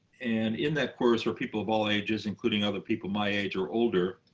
and in that chorus are people of all ages, including other people my age or older,